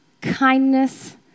kindness